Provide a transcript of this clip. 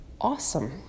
awesome